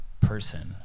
person